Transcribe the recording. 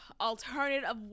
alternative